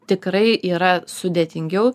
tikrai yra sudėtingiau